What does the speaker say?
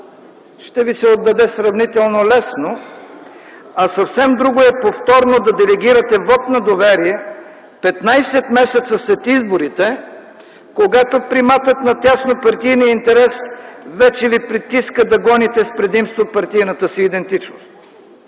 ще ви се отдаде сравнително лесно), а съвсем друго е да делегирате вот на доверие 15 месеца след изборите, когато приматът на тясно партийния интерес вече ви притиска да гоните с предимство партийната си идентичност.